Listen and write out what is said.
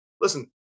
listen